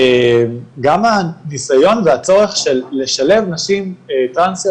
גם הניסיון והצורך של לשלב נשים טרנסיות